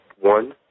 one